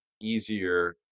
easier